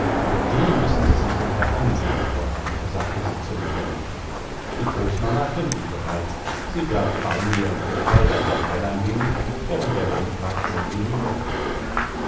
den müssen sie sich nachher ansehen fräulein sagte sie zu margarete die großmama kennt ihn bereits sie bleibt bei mir und wir plaudern derweil ein wenig während der landrat sie